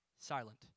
silent